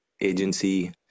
agency